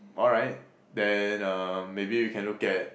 alright then um maybe we can look at